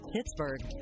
Pittsburgh